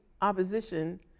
opposition